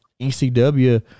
ECW